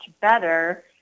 better